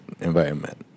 environment